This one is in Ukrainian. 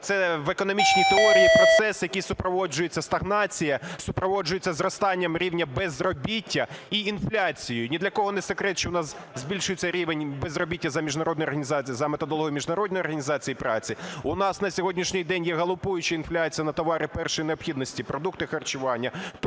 це в економічній теорії процес, який супроводжується стагнацією, супроводжується зростанням рівня безробіття і інфляцією. Ні для кого не секрет, що в нас збільшується рівень безробіття за методологією Міжнародної організації праці. У нас на сьогоднішній день є галопуюча інфляція на товари першої необхідності, продукти харчування тощо,